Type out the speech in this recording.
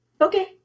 Okay